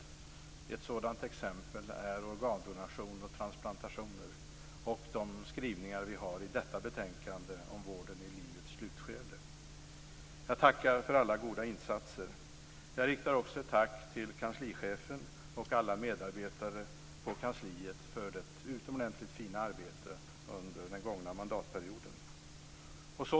Ett par sådana exempel är organdonation och transplantationer och de skrivningar vi har i detta betänkande om vården i livets slutskede. Jag tackar för alla goda insatser. Jag riktar också ett tack till kanslichefen och alla medarbetare på kansliet för det utomordentligt fina arbetet under den gångna mandatperioden.